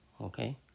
Okay